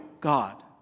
God